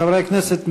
חברי הכנסת,